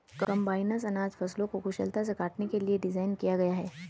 combines अनाज फसलों को कुशलता से काटने के लिए डिज़ाइन किया गया है